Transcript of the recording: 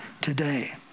today